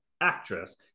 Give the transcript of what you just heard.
actress